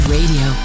Radio